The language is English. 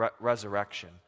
resurrection